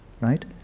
right